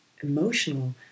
emotional